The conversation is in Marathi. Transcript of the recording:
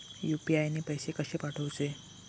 यू.पी.आय ने पैशे कशे पाठवूचे?